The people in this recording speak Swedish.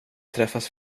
träffas